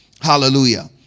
Hallelujah